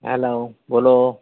hello બોલો